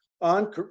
On